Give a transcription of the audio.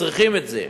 שצריכים את זה.